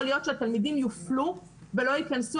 לא יכול להיות שהתלמידים יופלו ולא ייכנסו.